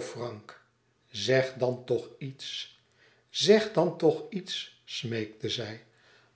frank zeg dan toch iets zèg dan toch iets smeekte zij